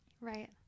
Right